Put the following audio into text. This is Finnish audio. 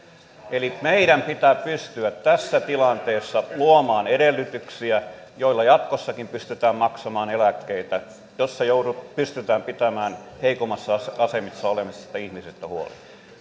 eli meidän pitää pystyä tässä tilanteessa luomaan edellytyksiä joilla jatkossakin pystytään maksamaan eläkkeitä ja joilla pystytään pitämään heikommassa asemassa olevista ihmisistä huolta